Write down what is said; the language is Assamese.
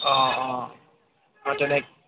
অঁ অঁ আৰু তেনে